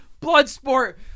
Bloodsport